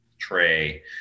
tray